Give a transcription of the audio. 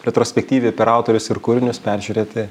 retrospektyviai per autorius ir kūrinius peržiūrėti